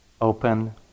open